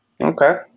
Okay